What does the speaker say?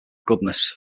goodness